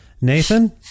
Nathan